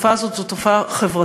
התופעה הזאת היא תופעה חברתית.